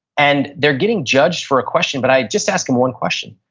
and they're getting judged for a question but i just ask them one question,